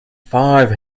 five